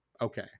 Okay